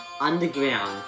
Underground